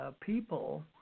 people